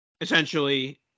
essentially